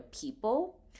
people